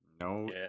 No